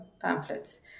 pamphlets